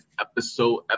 episode